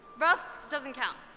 ross doesn't count.